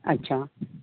अच्छा